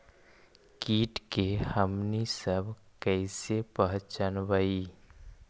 किट के हमनी सब कईसे पहचनबई?